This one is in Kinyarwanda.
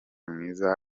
mwiza